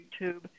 YouTube